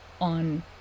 on